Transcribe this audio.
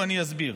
ואני אסביר.